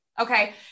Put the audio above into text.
Okay